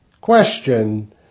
Question